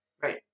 Right